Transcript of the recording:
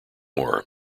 war